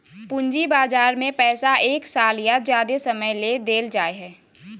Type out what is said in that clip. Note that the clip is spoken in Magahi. पूंजी बजार में पैसा एक साल या ज्यादे समय ले देल जाय हइ